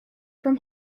from